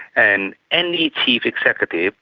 and any chief executive,